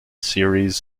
series